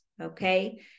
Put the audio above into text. okay